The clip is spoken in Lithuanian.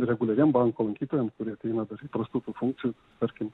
reguliariem banko lankytojam kurie ateina dar įprastų tų funkcijų tarkim